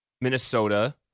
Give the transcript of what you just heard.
Minnesota